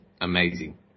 amazing